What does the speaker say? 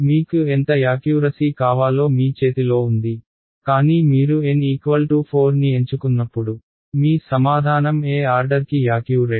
మీకు ఎంత యాక్యూరసీ కావాలో మీ చేతిలో ఉంది కానీ మీరు N4 ని ఎంచుకున్నప్పుడు మీ సమాధానం ఏ ఆర్డర్కి యాక్యూరేట్